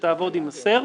שתעבוד עם ה-CERT.